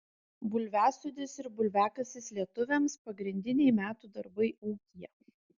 bulviasodis ir bulviakasis lietuviams pagrindiniai metų darbai ūkyje